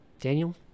daniel